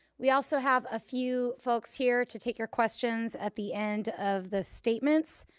we also have a few folks here to take your questions at the end of the statements.